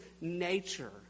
nature